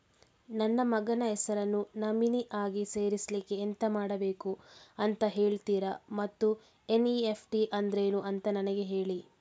ನನ್ನ ಮಗನ ಹೆಸರನ್ನು ನಾಮಿನಿ ಆಗಿ ಸೇರಿಸ್ಲಿಕ್ಕೆ ಎಂತ ಮಾಡಬೇಕು ಅಂತ ಹೇಳ್ತೀರಾ ಮತ್ತು ಎನ್.ಇ.ಎಫ್.ಟಿ ಅಂದ್ರೇನು ಅಂತ ನನಗೆ ಹೇಳಿ